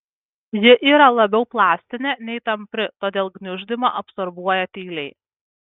ji yra labiau plastinė nei tampri todėl gniuždymą absorbuoja tyliai